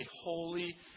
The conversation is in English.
holy